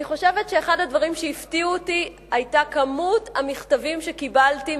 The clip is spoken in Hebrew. אני חושבת שאחד הדברים שהפתיעו אותי היה כמות המכתבים שקיבלתי,